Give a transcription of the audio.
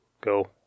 Go